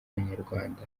abanyarwanda